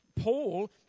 Paul